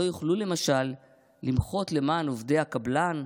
לא יוכלו למשל למחות למען עובדי הקבלן,